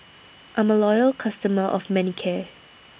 I'm A Loyal customer of Manicare